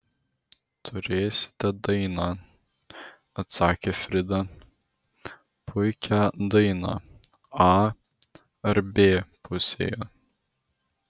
turėsite dainą atsakė frida puikią dainą a ar b pusėje